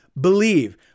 believe